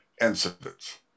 incidents